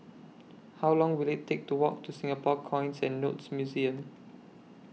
How Long Will IT Take to Walk to Singapore Coins and Notes Museum